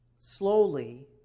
slowly